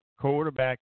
quarterback